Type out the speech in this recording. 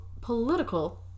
political